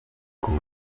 con